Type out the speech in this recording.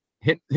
hit